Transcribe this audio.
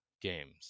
games